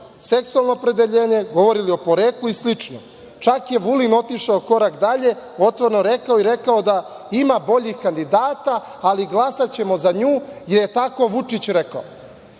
seksualno opredeljenje, govorili o poreklu i slično. Čak je Vulin otišao korak dalje, otvoreno rekao i rekao da ima boljih kandidata, ali glasaćemo za nju jer je tako Vučić rekao. Da